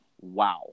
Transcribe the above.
Wow